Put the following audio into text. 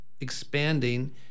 expanding